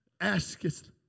askest